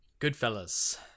Goodfellas